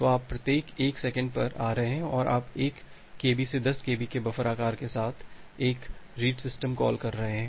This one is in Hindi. तो आप प्रत्येक 1 सेकंड पर आ रहे हैं और आप 1 Kb 10 Kb के बफर आकार के साथ एक रीड सिस्टम कॉल कर रहे हैं